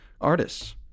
artists